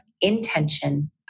intention